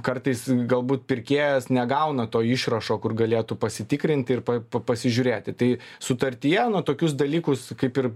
kartais galbūt pirkėjas negauna to išrašo kur galėtų pasitikrinti ir pa pasižiūrėti tai sutartyje tokius dalykus kaip ir